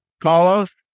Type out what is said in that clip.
Carlos